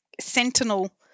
sentinel